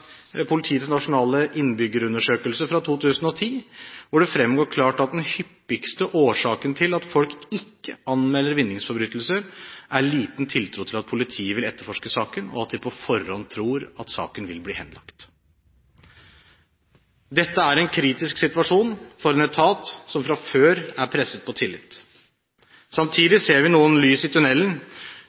nasjonale innbyggerundersøkelse fra 2010, hvor det fremgår klart at den hyppigste årsaken til at folk ikke anmelder vinningsforbrytelser, er liten tiltro til at politiet vil etterforske saken, og at de på forhånd tror at saken vil bli henlagt. Dette er en kritisk situasjon for en etat som fra før er presset på tillit. Samtidig ser vi noen lys i